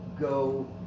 go